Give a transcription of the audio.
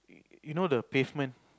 you know the pavement